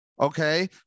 Okay